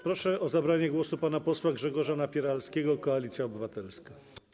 Proszę o zabranie głosu pana posła Grzegorza Napieralskiego, Koalicja Obywatelska.